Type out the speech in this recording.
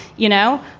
you know,